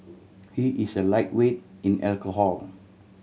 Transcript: he is a lightweight in alcohol